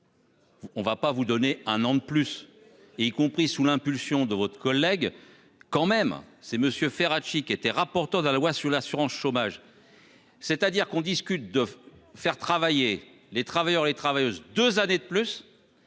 On ne va pas vous donner un an de plus et y compris sous l'impulsion de votre collègue quand même c'est monsieur Ferrat était rapporteur de la loi sur l'assurance chômage. C'est-à-dire qu'on discute de faire travailler les travailleurs et travailleuses 2 années de plus.